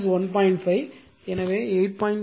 5 எனவே 8